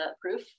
proof